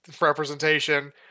representation